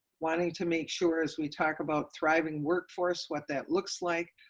wanting to make sure as we talk about thriving workforce, what that looks like,